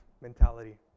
mentality